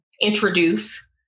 introduce